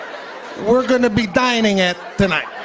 we're gonna be dining at tonight.